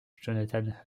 jonathan